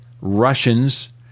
Russians